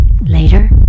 later